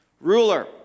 ruler